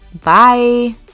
Bye